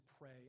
pray